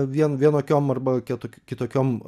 vien vienokiom arba kiek kitokiom